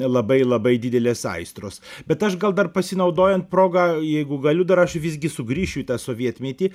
labai labai didelės aistros bet aš gal dar pasinaudojant proga jeigu galiu dar aš visgi sugrįšiu į tą sovietmetį